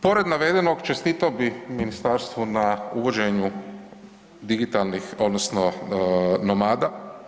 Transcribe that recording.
Pored navedenog čestitao bih ministarstvu na uvođenju digitalnih odnosno nomada.